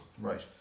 Right